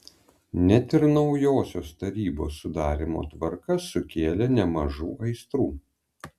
net ir naujosios tarybos sudarymo tvarka sukėlė nemažų aistrų